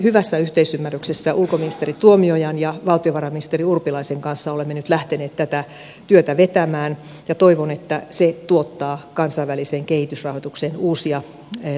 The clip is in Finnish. hyvässä yhteisymmärryksessä ulkoministeri tuomiojan ja valtiovarainministeri urpilaisen kanssa olemme nyt lähteneet tätä työtä vetämään ja toivon että se tuottaa kansainväliseen kehitysrahoitukseen uusia toimintamalleja